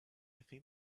think